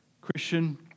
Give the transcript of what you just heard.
Christian